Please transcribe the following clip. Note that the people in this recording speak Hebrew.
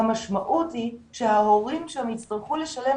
המשמעות היא שההורים שם יצטרכו לשלם